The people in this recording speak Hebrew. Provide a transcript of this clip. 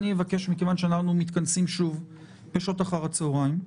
מכיוון שאנחנו מתכנסים שוב בשעות אחר-הצוהריים,